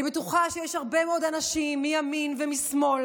אני בטוחה שיש הרבה מאוד אנשים מימין ומשמאל